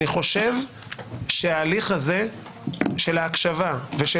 אני חושב שההליך הזה של ההקשבה ושל